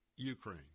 Ukraine